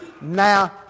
Now